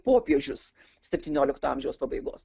popiežius septyniolikto amžiaus pabaigos